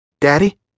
Daddy